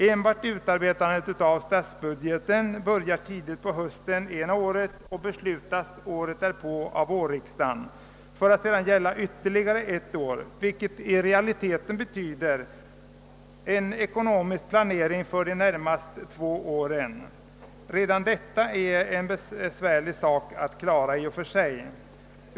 Enbart utarbetandet av statsbudgeten börjar tidigt på hösten ena året, och densamma fastställes året därpå av vårriksdagen för att sedan gälla ytterligare ett år, vilket i realiteten betyder en ekonomisk planering för två år framåt.